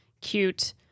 cute